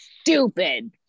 stupid